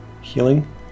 healing